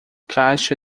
caixa